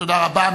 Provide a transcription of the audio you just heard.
תודה רבה.